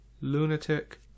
lunatic